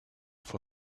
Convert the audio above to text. for